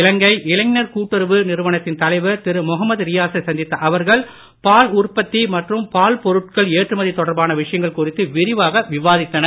இலங்கை இளைஞர் கூட்டுறவு நிறுவனத்தின் தலைவர் திரு முகமத் ரியாசை சந்தித்த அவர்கள் பால் உற்பத்தி மற்றும் பால் பொருட்கள் ஏற்றுமதி தொடர்பான விஷயங்கள் குறித்து விரிவாக விவாதித்தனர்